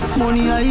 money